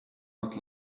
not